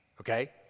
okay